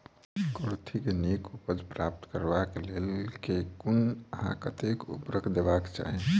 कुर्थी केँ नीक उपज प्राप्त करबाक लेल केँ कुन आ कतेक उर्वरक देबाक चाहि?